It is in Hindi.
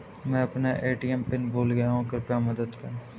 मैं अपना ए.टी.एम पिन भूल गया हूँ, कृपया मदद करें